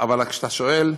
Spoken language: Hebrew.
אבל כשאתה שואל,